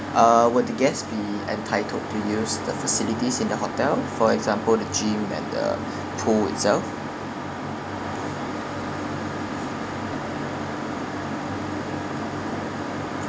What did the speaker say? uh would the guest be entitled to use the facilities in the hotel for example the gym and the pool itself